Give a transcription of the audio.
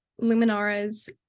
luminara's